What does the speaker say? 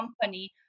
company